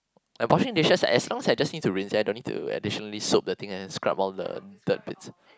washing dishes as long as I just need to rinse then I don't need to additionally soak the thing and then scrub all the dirt bits